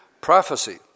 Prophecy